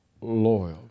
Loyal